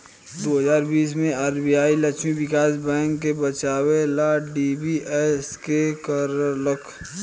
दू हज़ार बीस मे आर.बी.आई लक्ष्मी विकास बैंक के बचावे ला डी.बी.एस.के करलख